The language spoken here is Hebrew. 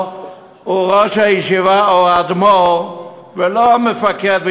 הוא ראש הישיבה או האדמו"ר ולא מפקד,